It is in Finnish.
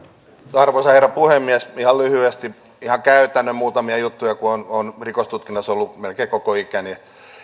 arvoisa herra puhemies ihan lyhyesti muutamia ihan käytännön juttuja kun olen rikostutkinnassa ollut melkein koko ikäni pari